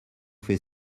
fait